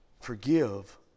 Forgive